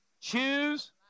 choose